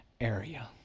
area